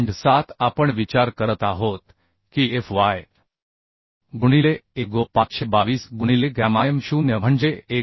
7 आपण विचार करत आहोत की Fy गुणिले ago 522 गुणिले गॅमाm 0 म्हणजे 1